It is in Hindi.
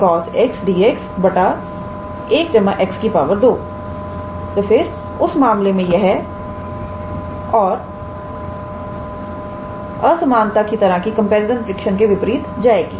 तो फिर उस मामले में यह असमानता की तरह की कंपैरिजन परीक्षण के विपरीत जाएगी